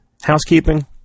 housekeeping